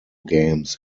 games